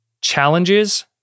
challenges